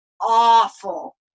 awful